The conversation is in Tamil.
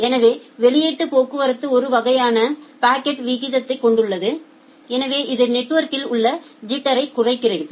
எனவே வெளியீட்டு போக்குவரத்து ஒரு நிலையான பாக்கெட் வீதத்தைக் கொண்டுள்ளது எனவே இது நெட்வொர்கில் உள்ள ஐிட்டரை குறைக்கிறது